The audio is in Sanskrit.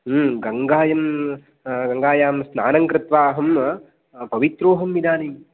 ह्म् गङ्गायं गङ्गायां स्नानं कृत्वा अहं पवित्रोहम् इदानीम्